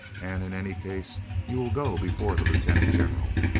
and in any case you will go before the lieutenant general.